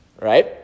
right